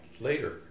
later